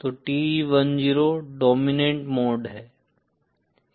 तो TE 10 dominant mode है